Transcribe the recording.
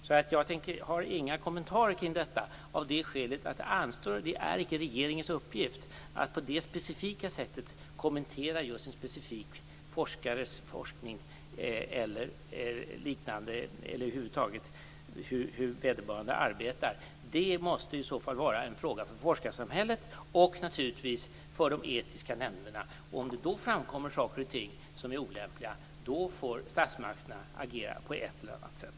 Jag har alltså inga kommentarer kring det här av det skälet att det inte är regeringens uppgift att på det sättet kommentera en specifik forskares forskning eller över huvud taget hur vederbörande arbetar. Det måste i så fall vara en fråga för forskarsamhället och naturligtvis för de etiska nämnderna. Om det då framkommer saker och ting som är olämpliga, då får statsmakterna agera på ett eller annat sätt.